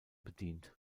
bedient